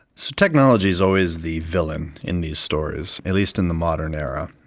so technology is always the villain in these stories, at least in the modern era.